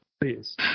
please